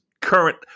current